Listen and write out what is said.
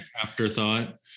afterthought